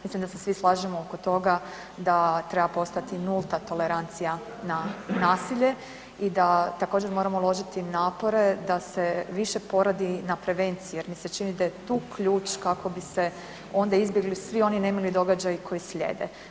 Mislim da se svi slažemo oko toga da treba postojati nulta tolerancija na nasilje i da također moramo uložiti napore da se više poradi na prevenciji jer mi se čini da je tu ključ kako bi se onda izbjegli svi oni nemili događaji koji slijede.